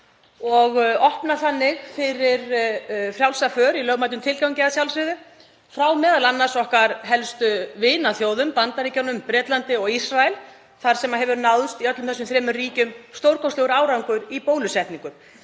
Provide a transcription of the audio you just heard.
og opna þannig fyrir frjálsa för, í lögmætum tilgangi að sjálfsögðu, m.a. frá okkar helstu vinaþjóðum, Bandaríkjunum, Bretlandi og Ísrael, þar sem náðst hefur í öllum þessum þremur ríkjum stórkostlegur árangur í bólusetningum.